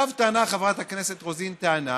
עכשיו טענה חברת הכנסת רוזין טענה